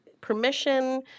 permission